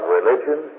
religion